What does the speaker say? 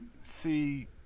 see